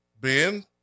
Ben